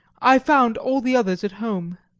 i found all the others at home.